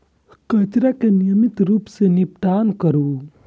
कचरा के नियमित रूप सं निपटान करू